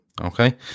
okay